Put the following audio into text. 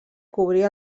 cobrir